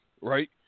right